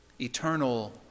eternal